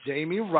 Jamie